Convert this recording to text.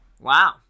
Wow